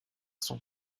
son